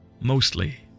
mostly